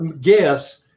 guess